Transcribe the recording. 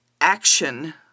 action